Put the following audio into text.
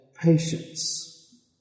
patience